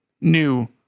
new